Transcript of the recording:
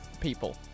people